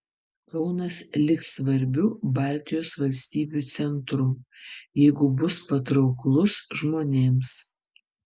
kaunas liks svarbiu baltijos valstybių centru jeigu bus patrauklus žmonėms